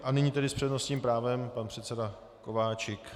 A nyní tedy s přednostním právem pan předseda Kováčik.